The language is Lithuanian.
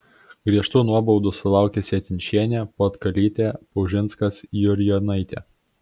griežtų nuobaudų sulaukė sietinšienė puotkalytė paužinskas jurjonaitė